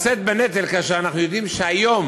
לשאת בנטל, כאשר אנחנו יודעים שהיום